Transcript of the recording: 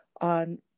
on